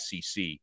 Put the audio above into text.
SEC